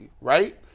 right